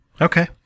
Okay